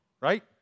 right